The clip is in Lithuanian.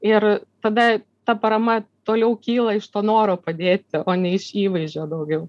ir tada ta parama toliau kyla iš to noro padėti o ne iš įvaizdžio daugiau